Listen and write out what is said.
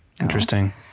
Interesting